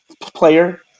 player